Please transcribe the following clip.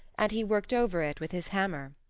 and he worked over it with his hammer.